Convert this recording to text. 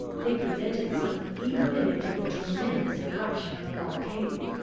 they presented some feeble image of the tremendous eruption of a volcano.